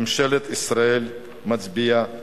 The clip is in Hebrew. ממשלת ישראל מצביעה נגד.